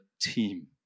team